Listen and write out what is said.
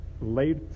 late